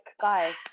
guys